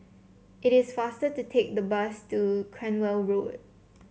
it is faster to take the bus to Cranwell Road